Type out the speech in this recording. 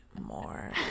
more